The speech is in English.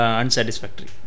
unsatisfactory